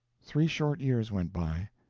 three short years went by,